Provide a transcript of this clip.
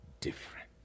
different